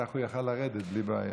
כך הוא יכול היה לרדת בלי בעיה.